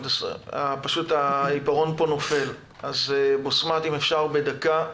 בשמת, אם אפשר בדקה,